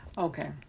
Okay